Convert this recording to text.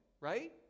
right